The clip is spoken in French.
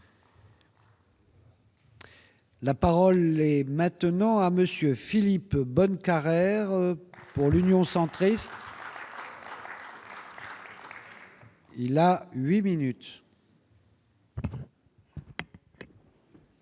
La parole est maintenant à monsieur Philippe Bohn Carrère pour l'Union centriste. Il a 8 minutes.